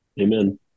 Amen